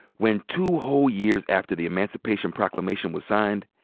when two whole years after the emancipation proclamation was signed,